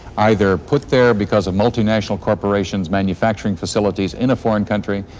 either put there because of multi-national corporations manufacturing facilities in a foreign country,